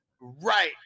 Right